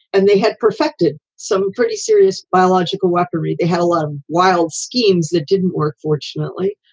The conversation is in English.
and they had perfected some pretty serious biological weaponry. they had a lot of wild schemes that didn't work, fortunately,